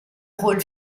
rôle